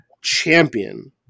champion